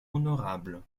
honorable